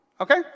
Okay